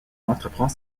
entreprend